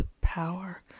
power